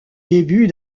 début